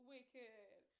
Wicked